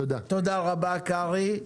תודה רבה, קרעי.